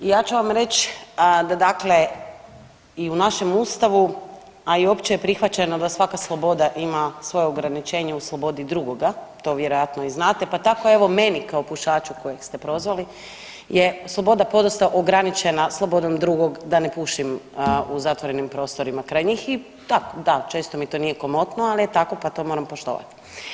Ja ću vam reć da dakle i u našem Ustavu, a i opće je prihvaćeno da svaka sloboda ima svoja ograničenja u slobodi drugoga, to vjerojatno i znate pa tako evo meni kao pušaču kojeg ste prozvali je sloboda podosta ograničenja slobodom drugog da ne pušim u zatvorenim prostorima kraj njih i tako da često mi to nije komotno, ali je tako pa to moram poštovati.